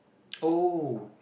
oh